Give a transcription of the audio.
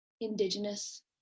indigenous